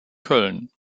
köln